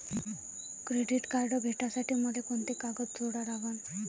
Credit card भेटासाठी मले कोंते कागद जोडा लागन?